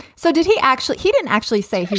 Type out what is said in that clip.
so did he actually he didn't actually say.